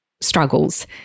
struggles